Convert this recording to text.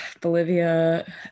Bolivia